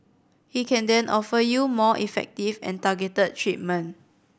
he can then offer you more effective and targeted treatment